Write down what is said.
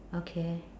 okay